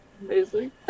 Amazing